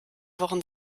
wochen